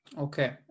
okay